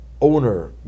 owner